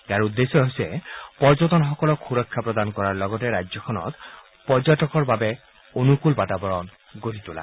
ইয়াৰ উদ্দেশ্য হৈছে পৰ্যটনসকলক সুৰক্ষা প্ৰদান কৰাৰ লগতে ৰাজ্যখনত পৰ্যটকৰ বাবে অনুকূল বাতাবৰণ গঢ়ি তোলা